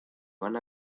van